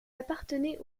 appartenait